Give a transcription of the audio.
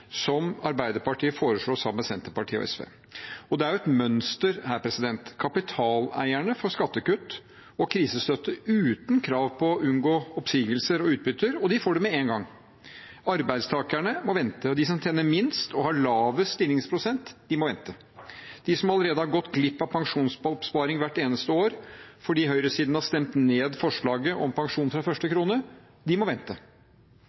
som Arbeiderpartiet foreslår sammen med Senterpartiet og SV. Det er et mønster her. Kapitaleierne får skattekutt og krisestøtte uten krav til å unngå oppsigelser og utbytter, og de får det med en gang. Arbeidstakerne må vente. De som tjener minst og har lavest stillingsprosent, må vente. De som allerede har gått glipp av pensjonsoppsparing hvert eneste år fordi høyresiden har stemt ned forslaget om pensjon fra første krone, må vente.